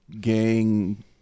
gang